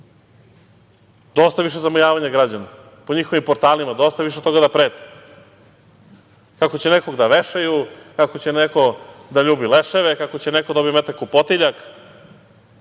evra. Dosta više zamajavanja građana, po njihovim portalima. Dosta više da prete kako će nekog da vešaju, kako će neko da ljubi leševe, kako će neko da dobije metak u potiljak.